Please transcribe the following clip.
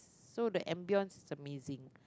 so the ambiance is amazing